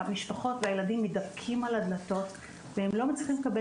המשפחות והילדים מתדפקים על הדלתות והם לא מצליחים לקבל